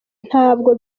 ntabwo